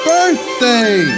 Birthday